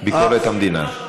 ביקורת המדינה.